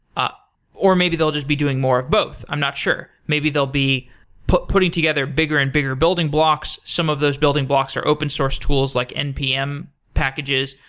ah or maybe they'll just be doing more of both. i'm not sure. maybe they'll be putting together bigger and bigger building blocks, some of those building blocks are open-source tools, like npm packages,